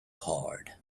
hard